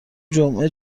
جمعه